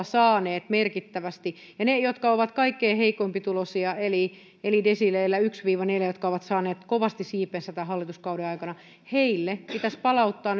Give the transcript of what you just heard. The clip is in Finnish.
saaneet merkittävästi heille jotka ovat kaikkein heikkotuloisimpia eli eli ovat desiileissä yksi viiva neljä ja jotka ovat saaneet kovasti siipeensä tämän hallituskauden aikana pitäisi palauttaa